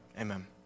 Amen